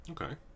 Okay